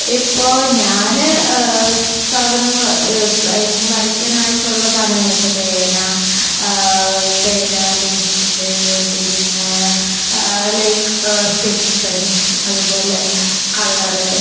ഇപ്പോൾ ഞാൻ സാധനങ്ങൾ വരക്കാനാവശ്യമുള്ള സാധനങ്ങൾ ഇപ്പം പേന പേന പെൻസിൽ പിന്നെ ലൈക് സ്കെച്ച് പെൻസ് അതുപോലെ കളർ